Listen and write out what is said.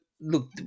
look